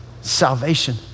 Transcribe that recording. Salvation